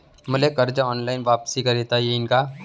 मले कर्ज ऑनलाईन वापिस करता येईन का?